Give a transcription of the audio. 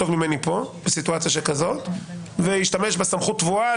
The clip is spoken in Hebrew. ממני בסיטואציה כזאת וישתמש בסמכות קבועה.